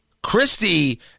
Christie